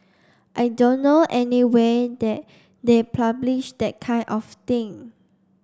I don't know anyway that they publish that kind of thing